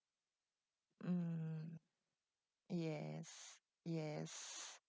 mm yes yes